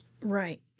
Right